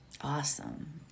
Awesome